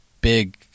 big